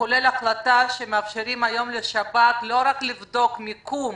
כולל ההחלטה שמאפשרים היום לשב"כ לא רק לבדוק מיקום